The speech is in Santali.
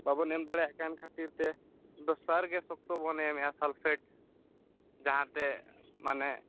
ᱵᱟᱵᱚᱱ ᱮᱢ ᱫᱟᱲᱮᱭᱟᱜ ᱠᱟᱱ ᱠᱷᱟᱹᱛᱤᱨ ᱛᱮ ᱟᱫᱚ ᱥᱟᱨᱜᱮ ᱥᱚᱠᱛᱚᱵᱚ ᱮᱢᱮᱫᱼᱟ ᱥᱟᱞᱯᱷᱮᱴ ᱡᱟᱦᱟᱸ ᱛᱮ ᱢᱟᱱᱮ